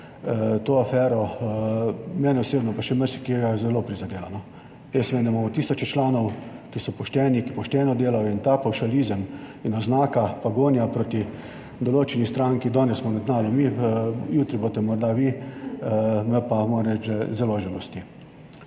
to afero, mene osebno, pa še marsikoga, zelo prizadela. Jaz vem, da imamo tisoče članov, ki so pošteni, ki pošteno delajo in ta pavšalizem in oznaka pa gonja proti določeni stranki, danes smo na tnalu mi, jutri boste morda vi, me pa moram reči, da zelo žalosti.